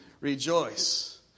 rejoice